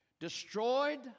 Destroyed